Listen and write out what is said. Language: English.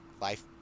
life